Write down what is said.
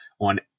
on